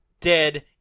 dead